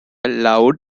loud